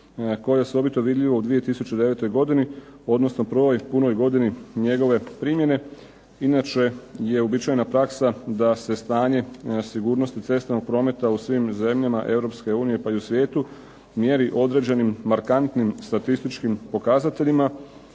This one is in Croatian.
koje je osobito vidljivo u 2009. godini, odnosno prvoj punoj godini njegove primjene. Inače je uobičajena praksa da se stanje sigurnosti cestovnog prometa u svim zemljama Europske unije, pa i u svijetu mjeri određenim markantnim statističkim pokazateljima,